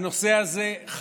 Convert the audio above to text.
עפר, הזמן.